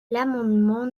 l’amendement